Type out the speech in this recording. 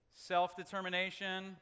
self-determination